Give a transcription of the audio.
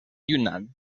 yunnan